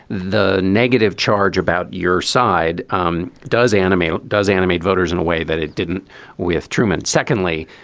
the negative charge about your side um does animator does animate voters in a way that it didn't with truman. secondly,